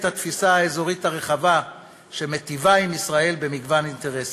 התפיסה האזורית הרחבה שמטיבה עם ישראל במגוון אינטרסים,